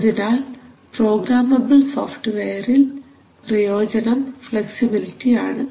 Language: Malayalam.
അതിനാൽ പ്രോഗ്രാമബിൾ സോഫ്റ്റ്വെയറിൽ പ്രയോജനം ഫ്ലെക്സിബിലിറ്റി ആണ്